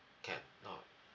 can not